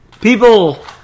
People